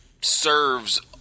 serves